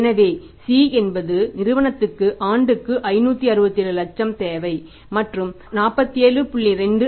எனவே C என்பது நிறுவனங்களுக்கு ஆண்டுக்கு 567 லட்சம் தேவை மற்றும் 47